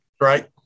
Right